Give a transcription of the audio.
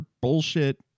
bullshit